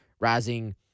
rising –